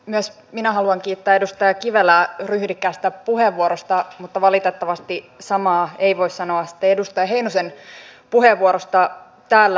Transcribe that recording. myös minä haluan kiittää edustaja kivelää ryhdikkäästä puheenvuorosta mutta valitettavasti samaa ei voi sanoa sitten edustaja heinosen puheenvuorosta täällä